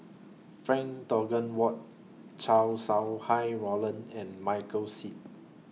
Frank Dorrington Ward Chow Sau Hai Roland and Michael Seet